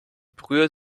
brühe